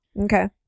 okay